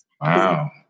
Wow